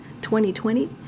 2020